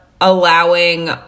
allowing